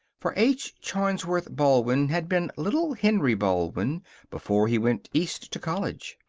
for h. charnsworth baldwin had been little henry baldwin before he went east to college.